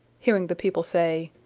hearing the people say,